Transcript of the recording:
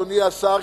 אדוני השר,